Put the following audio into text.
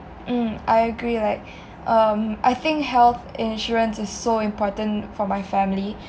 mm I agree like um I think health insurance is so important for my family